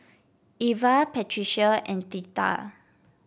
Iva Patricia and Theta